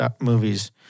movie's